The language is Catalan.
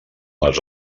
les